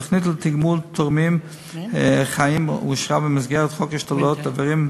התוכנית לתגמול תורמים חיים אושרה במסגרת חוק השתלות איברים,